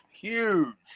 huge